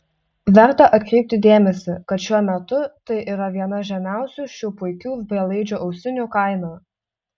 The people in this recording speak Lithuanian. verta atkreipti dėmesį kad šiuo metu tai yra viena žemiausių šių puikių belaidžių ausinių kaina